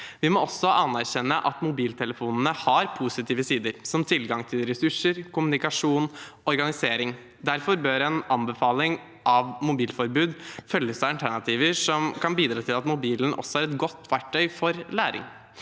Vi må også anerkjenne at mobiltelefonene har positive sider, som tilgang til ressurser, kommunikasjon og organisering. Derfor bør en anbefaling om mobilforbud følges av alternativer som kan bidra til at mobilen også er et godt verktøy for læring.